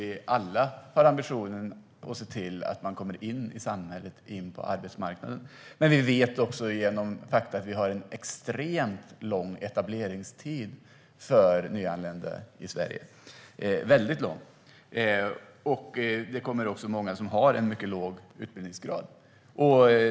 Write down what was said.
Vi har alla ambitionen att se till att de kommer in i samhället och in på arbetsmarknaden. Men vi vet också att det är en extremt lång etableringstid för nyanlända i Sverige, en väldigt lång tid. Det kommer också många som har en mycket låg utbildningsgrad.